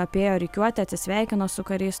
apėjo rikiuotę atsisveikino su kariais